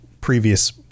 previous